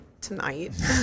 tonight